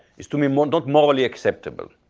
is to me um ah not morally acceptable,